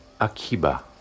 Akiba